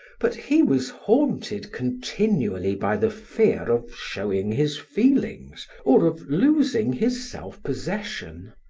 but he was haunted continually by the fear of showing his feelings or of losing his self-possession.